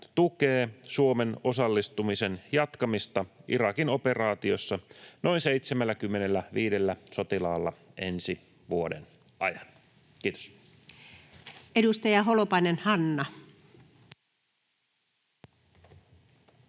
tukee Suomen osallistumisen jatkamista Irakin-operaatiossa noin 75 sotilaalla ensi vuoden ajan. — Kiitos. [Speech 11] Speaker: Anu